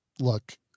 look